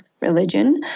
religion